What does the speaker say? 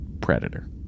Predator